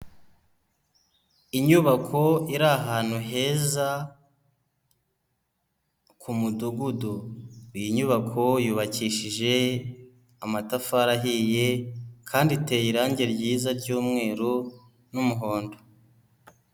Inyubako iri ahantu heza ku mudugudu, iyi nyubako yubakishije amatafari ahiye kandi iteye irange ryiza ry'umweru n'umuhondo.